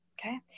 Okay